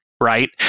Right